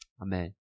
Amen